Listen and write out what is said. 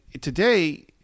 today